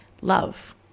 love